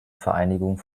vereinigung